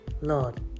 Lord